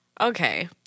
Okay